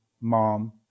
mom